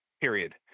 period